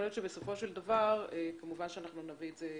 יכול להיות שבסופו של דבר נביא אותן